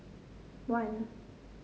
one